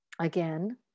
again